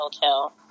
hotel